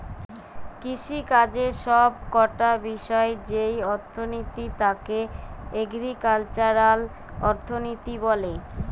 কৃষিকাজের সব কটা বিষয়ের যেই অর্থনীতি তাকে এগ্রিকালচারাল অর্থনীতি বলে